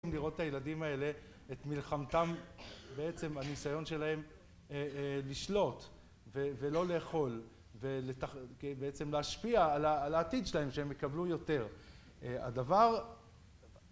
...לראות את הילדים האלה, את מלחמתם, בעצם הניסיון שלהם לשלוט ולא לאכול ובעצם להשפיע על העתיד שלהם, שהם יקבלו יותר. הדבר...